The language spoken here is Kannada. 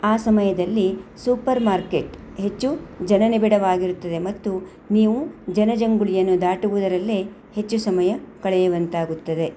ಆ ಸಮಯದಲ್ಲಿ ಸೂಪರ್ ಮಾರ್ಕೆಟ್ ಹೆಚ್ಚು ಜನನಿಬಿಡವಾಗಿರುತ್ತದೆ ಮತ್ತು ನೀವು ಜನಜಂಗುಳಿಯನ್ನು ದಾಟುವುದರಲ್ಲೇ ಹೆಚ್ಚು ಸಮಯ ಕಳೆಯುವಂತಾಗುತ್ತದೆ